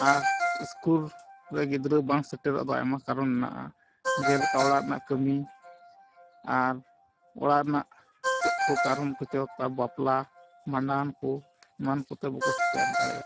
ᱟᱨ ᱨᱮ ᱜᱤᱫᱽᱟᱹ ᱵᱟᱝ ᱥᱮᱴᱮᱨᱚᱜ ᱫᱚ ᱟᱭᱢᱟ ᱠᱟᱨᱚᱱ ᱢᱮᱱᱟᱜᱼᱟ ᱡᱮᱞᱮᱠᱟ ᱚᱲᱟᱜ ᱨᱮᱱᱟᱜ ᱠᱟᱹᱢᱤ ᱟᱨ ᱚᱲᱟᱜ ᱨᱮᱱᱟᱜ ᱪᱮᱫ ᱠᱚ ᱠᱟᱨᱚᱱ ᱠᱚᱪᱚ ᱵᱟᱯᱞᱟ ᱵᱷᱟᱸᱰᱟᱱ ᱠᱚ ᱮᱢᱟᱱ ᱠᱚᱛᱮ ᱵᱟᱠᱚ ᱥᱮᱴᱮᱨ ᱫᱟᱲᱮᱭᱟᱜᱼᱟ